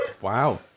Wow